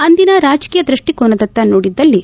ಅಂದಿನ ರಾಜಕೀಯ ದೃಷಿಕೋನದತ್ತ ನೋಡಿದ್ದಳ್ಲಿ